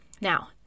Now